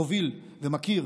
הוביל ומכיר